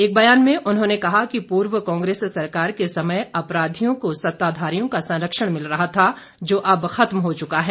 एक बयान में उन्होंने कहा कि पूर्व कांग्रेस सरकार के समय अपराधियों को सत्ताधारियों का संरक्षण मिल रहा था जो अब खत्म हो चुका है